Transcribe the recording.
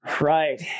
Right